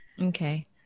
okay